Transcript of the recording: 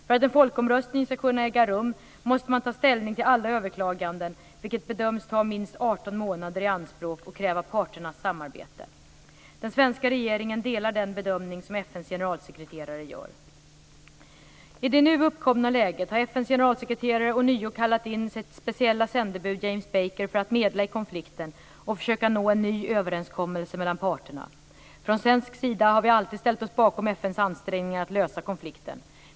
För att en folkomröstning ska kunna äga rum måste man ta ställning till alla överklaganden vilket bedöms ta minst 18 månader i anspråk och kräva parternas samarbete. Den svenska regeringen delar den bedömning som FN:s generalsekreterare gör. I det nu uppkomna läget har FN:s generalsekreterare ånyo kallat in sitt speciella sändebud James Baker för att medla i konflikten och försöka nå en ny överenskommelse mellan parterna. Från svensk sida har vi alltid ställt oss bakom FN:s ansträngningar att lösa konflikten.